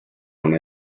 non